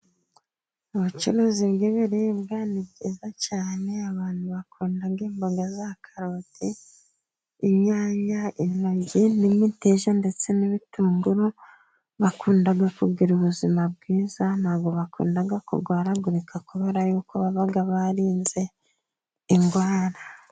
Ubucuruzi bw'ibiribwa ni bwiza cyane abantu bakunda imboga za karoti, inyanya, intoryi n'imiteja ndetse n'ibitunguru, bakunda kugira ubuzima bwiza ntabwo bakunda kurwaragurika kubera y'uko baba baririnze indwara.